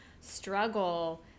struggle